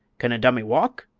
can a dummy walk?